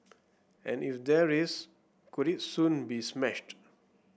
and if there is could it soon be smashed